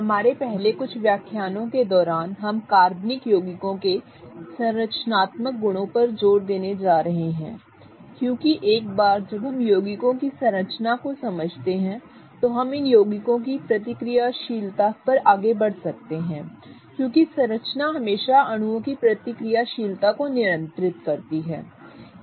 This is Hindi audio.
हमारे पहले कुछ व्याख्यानों के दौरान हम कार्बनिक यौगिकों के संरचनात्मक गुणों पर जोर देने जा रहे हैं क्योंकि एक बार जब हम यौगिकों की संरचना को समझते हैं तो हम इन यौगिकों की प्रतिक्रियाशीलता पर आगे बढ़ सकते हैं क्योंकि संरचना हमेशा अणुओं की प्रतिक्रियाशीलता को नियंत्रित करती है